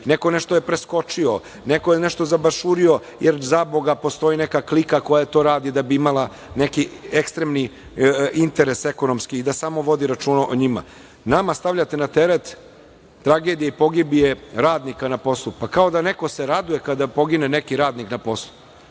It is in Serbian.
je nešto preskočio, neko je nešto zabašurio jer, zaboga, postoji neka klika koja to radi da bi imala neki ekstremni interes ekonomski i da samo vodi računa o njima. Nama stavljate na teret tragedije i pogibije radnika na poslu. Kao da se neko raduje kada pogine neki radnik na poslu.